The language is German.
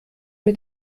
mit